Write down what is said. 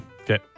Okay